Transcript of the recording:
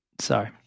Sorry